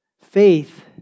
Faith